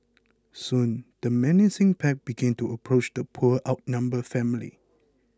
soon the menacing pack began to approach the poor outnumbered family